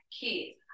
kids